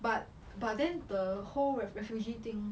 but but then the whole ref~ refugee thing